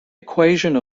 equation